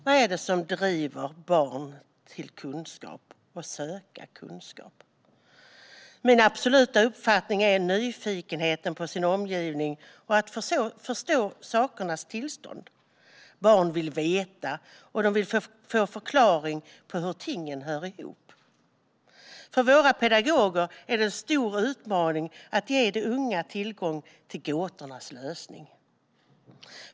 Herr talman! Vad är det som driver barn att söka kunskap? Min absoluta uppfattning är att det är deras nyfikenhet på omgivningen och deras vilja att förstå sakernas tillstånd. Barn vill veta, och de vill få en förklaring på hur tingen hör ihop. För våra pedagoger är det en stor utmaning att ge de unga tillgång till gåtornas lösning.